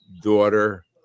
daughter